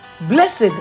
blessed